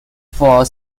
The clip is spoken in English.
for